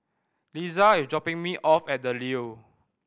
Liza is dropping me off at The Leo